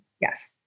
Yes